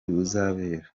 buzabera